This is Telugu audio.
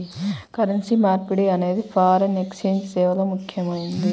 కరెన్సీ మార్పిడి అనేది ఫారిన్ ఎక్స్ఛేంజ్ సేవల్లో ముఖ్యమైనది